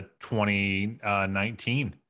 2019